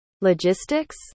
logistics